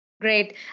Great